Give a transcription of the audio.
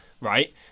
right